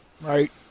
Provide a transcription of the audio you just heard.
right